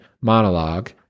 monologue